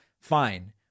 fine